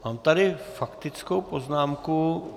Mám tady faktickou poznámku.